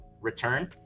return